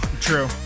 True